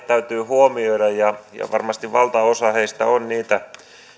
täytyy huomioida ja varmasti valtaosa heistä on niitä